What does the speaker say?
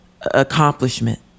accomplishment